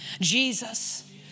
Jesus